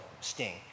sting